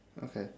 okay